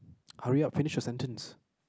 hurry up finish your sentence